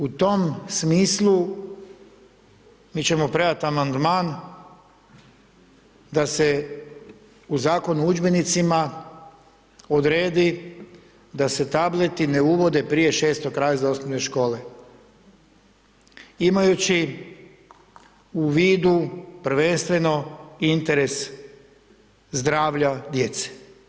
U tom smislu mi ćemo predati amandman da se u Zakonu o udžbenicima odredi da se tableti ne uvode prije 6. razreda osnovne škole imajući u vidu prvenstveno interes zdravlja djece.